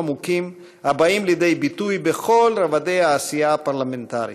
הבאים לידי ביטוי בכל רובדי העשייה הפרלמנטרית,